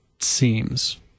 seems